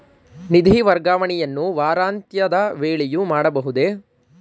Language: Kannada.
ನಿಧಿ ವರ್ಗಾವಣೆಯನ್ನು ವಾರಾಂತ್ಯದ ವೇಳೆಯೂ ಮಾಡಬಹುದೇ?